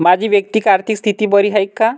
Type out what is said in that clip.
माझी वैयक्तिक आर्थिक स्थिती बरी आहे का?